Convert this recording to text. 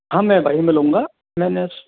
हाँ मैं वहीं मिलूंगा मैं नेस